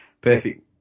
perfect